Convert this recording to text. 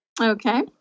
Okay